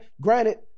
Granted